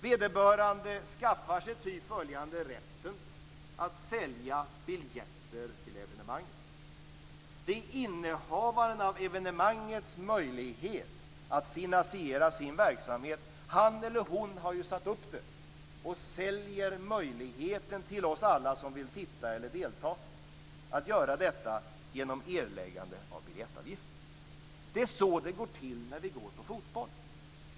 Vederbörande skaffar sig ty följande rätten att sälja biljetter till evenemanget. Det är den möjlighet innehavaren av evenemanget har att finansiera sin verksamhet. Han eller hon har ju satt upp evenemanget och säljer möjligheten till oss alla som vill titta eller delta att göra detta genom erläggande av biljettavgift. Det är så det går till när vi går på fotboll.